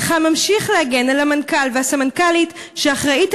הנך ממשיך להגן על המנכ"ל והסמנכ"לית שאחראית